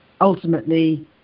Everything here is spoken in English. ultimately